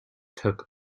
took